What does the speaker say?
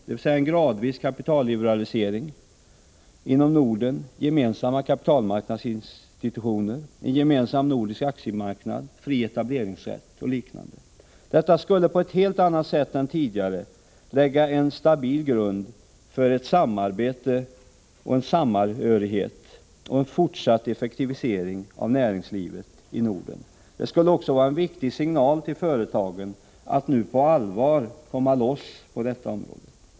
Det är önskvärt med en gradvis kapitalliberalisering inom Norden, gemensamma kapitalmarknadsinstitutioner, en ge mensam nordisk aktiemarknad, fri etableringsrätt och liknande. Detta skulle på ett helt annat sätt än tidigare lägga en stabil grund för samarbete och samhörighet och en fortsatt effektivisering av näringslivet i Norden. Det skulle också vara en viktig signal till företagen om att nu på allvar komma loss på detta område.